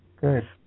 Good